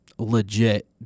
legit